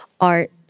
art